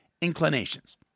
inclinations